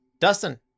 Dustin